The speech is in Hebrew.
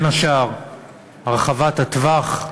בין השאר הרחבת הטווח.